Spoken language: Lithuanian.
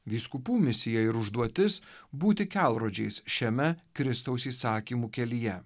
vyskupų misija ir užduotis būti kelrodžiais šiame kristaus įsakymų kelyje